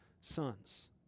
sons